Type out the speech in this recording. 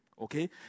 okay